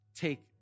Take